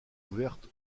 ouverte